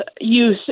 youth